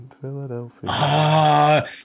Philadelphia